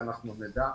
שנדע,